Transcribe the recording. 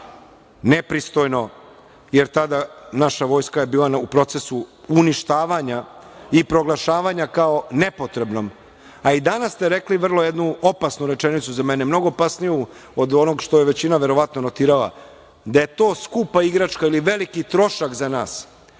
nepristojno, jer tada naša vojska je bila u procesu uništavanja i proglašavanja kao nepotrebnom, a i danas ste rekli vrlo jednu opasnu rečenicu za mene, mnogo opasniju od onog što je većina verovatno notirala, da je to skupa igračka ili veliki trošak za nas